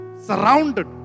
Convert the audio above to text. Surrounded